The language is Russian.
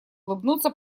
улыбнуться